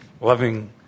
loving